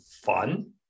fun